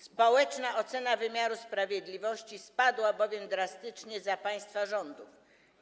Społeczna ocena wymiaru sprawiedliwości spadła bowiem drastycznie za państwa rządów.